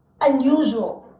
unusual